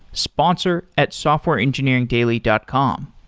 sponsor at softwareengineeringdaily dot com.